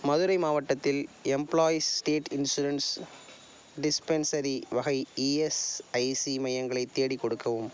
மதுரை மாவட்டத்தில் employees state insurance dispensary வகை ESIC மையங்களை தேடிக் கொடுக்கவும்